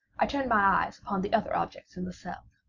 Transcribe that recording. i turned my eyes upon the other objects in the cell.